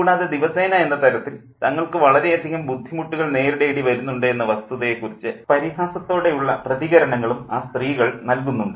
കൂടാതെ ദിവസേന എന്ന തരത്തിൽ തങ്ങൾക്ക് വളരെയധികം ബുദ്ധിമുട്ടുകൾ നേരിടേണ്ടി വരുന്നുണ്ട് എന്ന വസ്തുതയെക്കുറിച്ച് പരിഹാസത്തോടെയുള്ള പ്രതികരണങ്ങളും ആ സ്ത്രീകൾ നൽകുന്നുണ്ട്